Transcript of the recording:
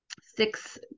six